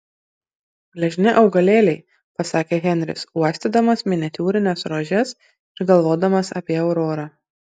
gležni augalėliai pasakė henris uostydamas miniatiūrines rožes ir galvodamas apie aurorą